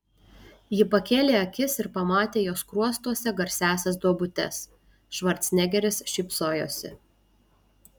ji pakėlė akis ir pamatė jo skruostuose garsiąsias duobutes švarcnegeris šypsojosi